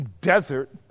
desert